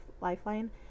Lifeline